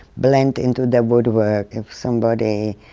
blend into the woodwork. if somebody